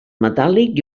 metàl·lic